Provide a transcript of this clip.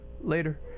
later